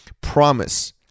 promise